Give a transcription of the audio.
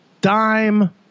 Dime